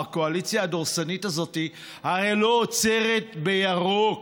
הקואליציה הדורסנית הזאת הרי לא עוצרת בירוק,